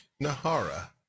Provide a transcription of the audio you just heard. Nahara